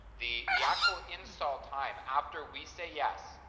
the the actual install time after we say yes,